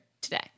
today